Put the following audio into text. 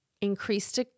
increased